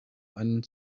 einen